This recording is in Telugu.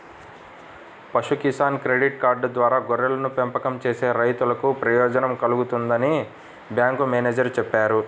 పశు కిసాన్ క్రెడిట్ కార్డు ద్వారా గొర్రెల పెంపకం చేసే రైతన్నలకు ప్రయోజనం కల్గుతుందని బ్యాంకు మేనేజేరు చెప్పారు